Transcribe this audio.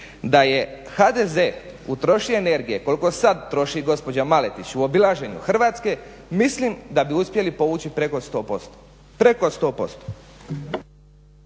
da je HDZ utrošio energije koliko sada troši gospođa Maletić u obilaženju Hrvatske, mislim da bi uspjeli povući preko 100%, preko 100%.